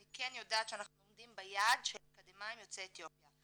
אני כן יודעת שאנחנו עומדים ביעד של אקדמאים יוצאי אתיופיה.